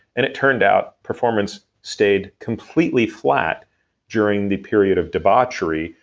and it turned out performance stayed completely flat during the period of debauchery,